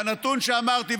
והנתון שאמרתי,